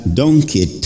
donkey